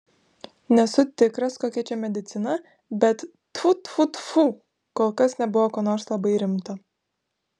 nesu tikras kokia čia medicina bet tfu tfu tfu kol kas nebuvo ko nors labai rimto